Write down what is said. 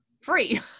free